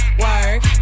work